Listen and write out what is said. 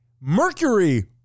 Mercury